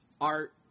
art